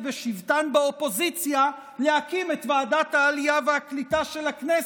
בשבתן באופוזיציה להקים את ועדת העלייה והקליטה של הכנסת,